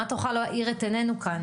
מה תוכל להאיר את העיננו כאן?